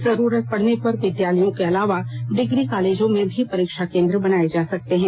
जरूरत पड़ने पर विद्यालयों के अलावा डिग्री कॉलेजों में भी परीक्षा केंद्र बनाया जा सकता है